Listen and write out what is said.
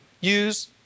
use